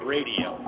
Radio